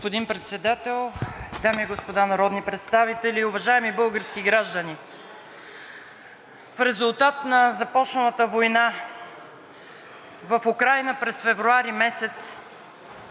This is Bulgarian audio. Господин Председател, дами и господа народни представители, уважаеми български граждани! В резултат на започналата война в Украйна през февруари месец